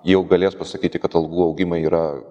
jau galės pasakyti kad algų augimai yra